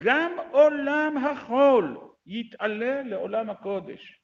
גם עולם החול יתעלה לעולם הקודש.